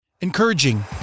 encouraging